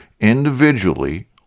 individually